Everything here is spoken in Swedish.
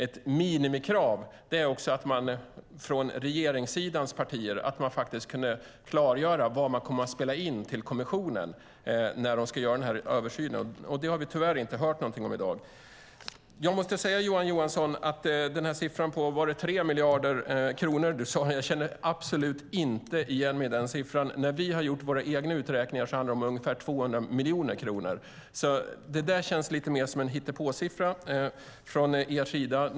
Ett minimikrav är också att man från regeringssidans partier klargör vad man kommer att spela in till kommissionen när de ska göra översynen. Det har vi tyvärr inte hört någonting om i dag. Jag måste säga att siffran 3 miljarder kronor som du sade, Johan Johansson, känner jag absolut inte igen mig i. När vi har gjort våra egna uträkningar handlar det om ungefär 200 miljoner kronor. Det där känns lite mer som en hittepåsiffra från er sida.